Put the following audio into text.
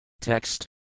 Text